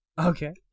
Okay